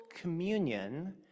communion